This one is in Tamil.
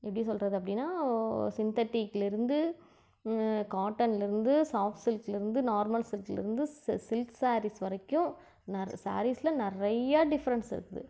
எப்படி சொல்கிறது அப்படின்னா சிந்தடிக்லேருந்து காட்டன்லேருந்து சாஃப்ட்ஸ் சில்க்லேருந்து நார்மல் சில்க்லேருந்து ச சில்க் ஸாரீஸ் வரைக்கும் நிற ஸாரீஸ்ல நிறையா டிஃப்ரெண்ஸ் இருக்குது